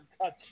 touch